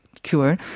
Cure